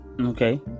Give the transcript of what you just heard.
Okay